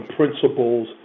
principles